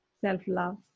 Self-love